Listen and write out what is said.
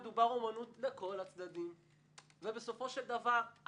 לבדוק אם אתם כאיגוד נלחמים למען חופש הביטוי והיצירה.